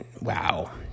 wow